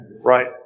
Right